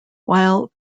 while